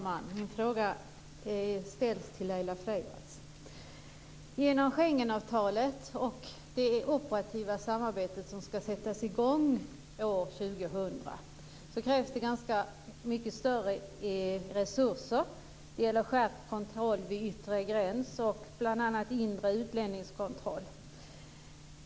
Fru talman! Min fråga ställs till Laila Freivalds. Till följd av Schengenavtalet och det operativa samarbete som ska sättas i gång år 2000 krävs det ganska mycket större resurser. Det gäller skärpt kontroll vid yttre gräns och bl.a. inre utlänningskontroll.